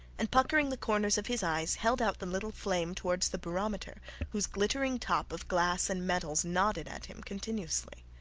and puckering the corners of his eyes, held out the little flame towards the barometer whose glittering top of glass and metals nodded at him continuously.